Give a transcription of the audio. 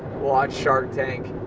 watch shark tank,